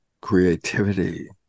creativity